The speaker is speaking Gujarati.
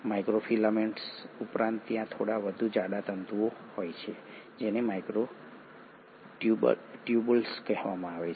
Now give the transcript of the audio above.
માઇક્રોફિલામેન્ટ્સ ઉપરાંત ત્યાં થોડા વધુ જાડા તંતુઓ હોય છે જેને માઇક્રોટ્યુબ્યુલ્સ કહેવામાં આવે છે